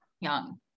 young